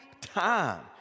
time